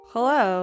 Hello